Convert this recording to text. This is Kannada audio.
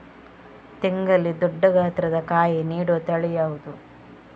ತೆಂಗಲ್ಲಿ ದೊಡ್ಡ ಗಾತ್ರದ ಕಾಯಿ ನೀಡುವ ತಳಿ ಯಾವುದು?